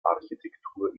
architektur